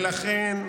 ולכן,